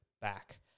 back